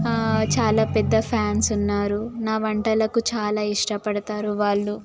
చాలా పెద్ద ఫ్యాన్స్ ఉన్నారు నా వంటలకు చాలా ఇష్టపడతారు వాళ్ళు